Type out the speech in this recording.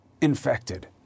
infected